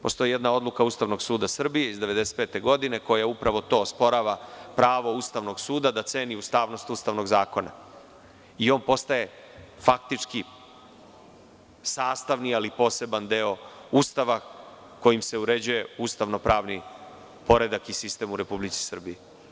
Postoji jedna odluka Ustavnog suda Srbije iz 1995. godine, koja upravo to osporava, pravo Ustavnog suda da ceni ustavnost ustavnog zakona, i on postaje faktički sastavni, ali poseban deo Ustava kojim se uređuje ustavno-pravni poredak i sistem u Republici Srbiji.